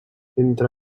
entre